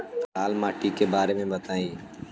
लाल माटी के बारे में बताई